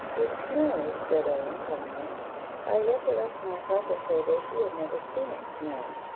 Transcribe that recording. it snows, said ellen, calmly i recollect my papa told us you had never seen it snow.